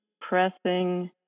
pressing